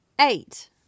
Eight